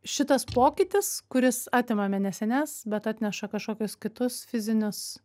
šitas pokytis kuris atima mėnesines bet atneša kažkokius kitus fizinius